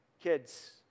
Kids